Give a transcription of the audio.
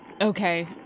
Okay